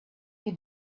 you